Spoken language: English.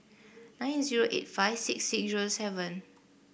nine zero eight five six six zero seven